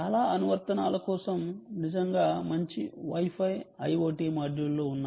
చాలా అనువర్తనాల కోసం నిజంగా మంచి Wi Fi IoT మాడ్యూల్ లు ఉన్నాయి